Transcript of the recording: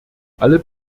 alle